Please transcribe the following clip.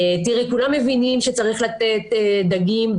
כולם מבינים שצריך לתת דגים,